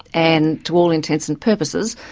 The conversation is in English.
and, to all intents and purposes,